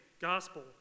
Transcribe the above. gospel